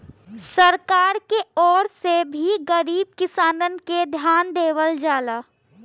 सरकार के ओर से भी गरीब किसानन के धियान देवल जाला